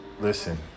listen